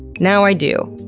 now i do.